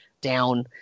down